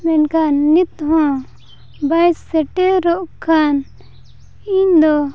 ᱢᱮᱱᱠᱷᱟᱱ ᱱᱤᱛ ᱦᱚᱸ ᱵᱟᱭ ᱥᱮᱴᱮᱨᱚᱜ ᱠᱷᱟᱱ ᱤᱧ ᱫᱚ